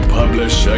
publish